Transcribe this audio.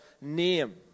name